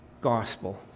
gospel